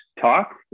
talk